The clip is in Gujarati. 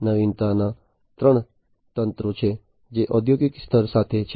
નવીનતાના ત્રણ તરંગો છે જે ઔદ્યોગિક સ્તરે પસાર થયા છે